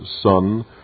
son